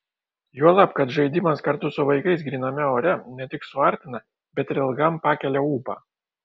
juolab kad žaidimas kartu su vaikais gryname ore ne tik suartina bet ir ilgam pakelia ūpą